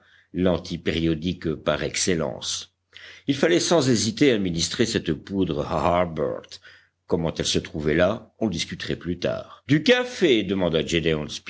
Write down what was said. lanti périodique par excellence il fallait sans hésiter administrer cette poudre à harbert comment elle se trouvait là on le discuterait plus tard du café demanda